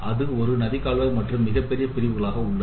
இது ஒரு நதி கால்வாய் மற்றும் மிகப்பெரிய பிரிவுகளாக உள்ளது